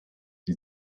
die